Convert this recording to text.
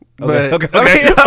Okay